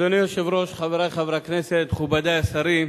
אדוני היושב-ראש, חברי חברי הכנסת, מכובדי השרים,